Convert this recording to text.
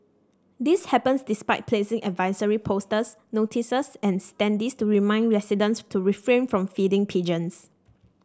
this happens despite placing advisory posters notices and standees to remind residents to refrain from feeding pigeons